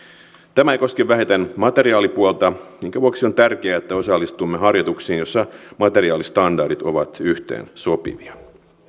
tämä ei koske vähiten materiaalipuolta minkä vuoksi on tärkeää että osallistumme harjoituksiin joissa materiaalistandardit ovat yhteensopivia